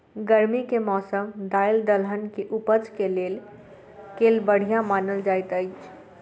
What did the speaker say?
गर्मी केँ मौसम दालि दलहन केँ उपज केँ लेल केल बढ़िया मानल जाइत अछि?